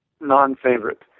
non-favorite